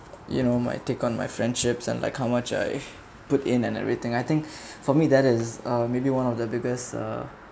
you know my take on my friendships and like how much I put in and everything I think for me that is uh maybe one of the biggest ah